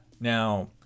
Now